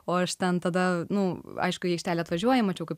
o aš ten tada nu aišku į aikštelę atvažiuoji mačiau kaip